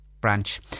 branch